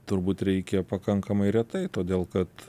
turbūt reikia pakankamai retai todėl kad